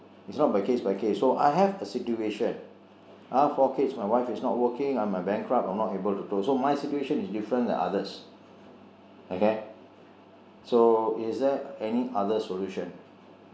it's not by case by case so I have a situation I've got four kids my wife is not working I am a bankrupt I am not able to so my situation is different unlike others okay so is there any other solution